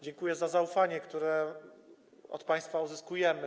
Dziękuję za zaufanie, które od państwa uzyskujemy.